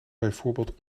bijvoorbeeld